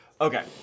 Okay